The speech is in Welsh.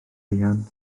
fuan